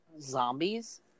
zombies